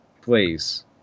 Please